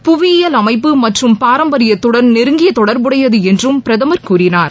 புவியியல் அமைப்பு மற்றம் பாரம்பரியத்துடன் நெருங்கிய தொடர்புடையது என்றும் பிரதமர் கூழினார்